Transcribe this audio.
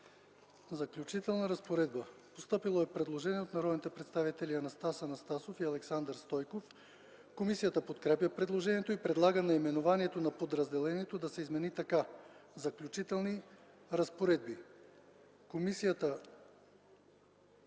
„Заключителна разпоредба”. Постъпило е предложение от народните представители Анастас Анастасов и Александър Стойков. Комисията подкрепя предложението и предлага наименованието на подразделението да се измени така: „Заключителни разпоредби”.